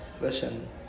listen